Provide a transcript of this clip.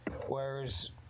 Whereas